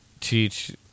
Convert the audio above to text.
teach